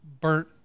burnt